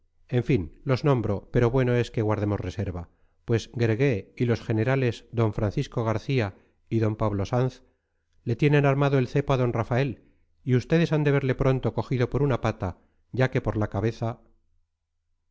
en fin los nombro pero bueno es que guardemos reserva pues guergué y los generales d francisco garcía y d pablo sanz le tienen armado el cepo a d rafael y ustedes han de verle pronto cogido por una pata ya que por la cabeza